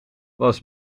was